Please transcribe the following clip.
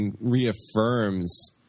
reaffirms